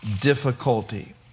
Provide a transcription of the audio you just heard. difficulty